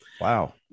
Wow